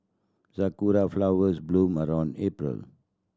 sakura flowers bloom around April